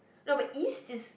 no but East is